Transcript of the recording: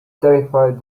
terrified